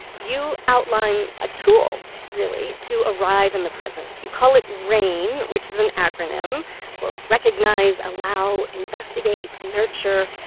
you outline a tool, really, to arrive in the present. you call it rain, which is an acronym for recognize, allow, investigate, nurture.